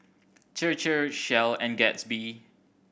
Chir Chir Shell and Gatsby